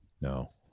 no